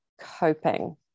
coping